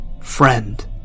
friend